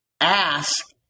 ask